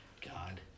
God